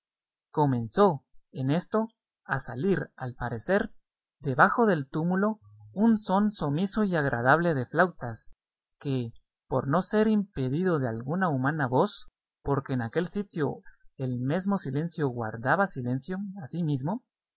comenzó en esto a salir al parecer debajo del túmulo un son sumiso y agradable de flautas que por no ser impedido de alguna humana voz porque en aquel sitio el mesmo silencio guardaba silencio a sí mismo